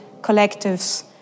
collectives